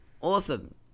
Awesome